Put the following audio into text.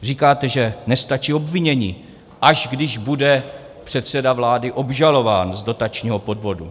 Říkáte, že nestačí obvinění, až když bude předseda vlády obžalován z dotačního podvodu.